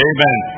Amen